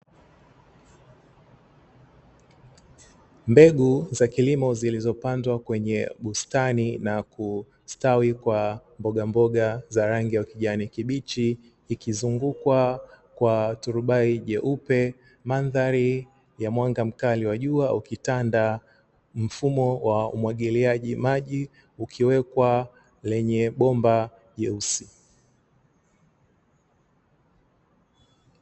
Mbegu za kilimo zilizopandwa kwenye bustani na kustawi kwa mboga mboga za rangi ya ukijani kibichi, ikizungukwa kwa turubai jeupe mandhari ya mwanga mkali wa jua ukitanda, mfumo wa umwagiliaji maji ukiwekwa lenye bomba jeusi.